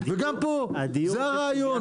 וגם פה זה הרעיון.